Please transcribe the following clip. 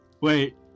Wait